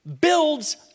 builds